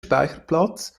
speicherplatz